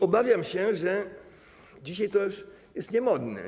Obawiam się, że dzisiaj to już jest niemodne.